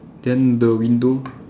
then the window